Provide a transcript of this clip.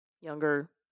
younger